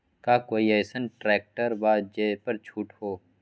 का कोइ अईसन ट्रैक्टर बा जे पर छूट हो?